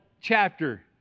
chapter